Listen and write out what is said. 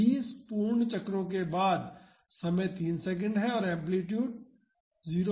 20 पूर्ण चक्रों के बाद समय 3 सेकंड है और एम्पलीटूड 02 इंच है